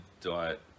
diet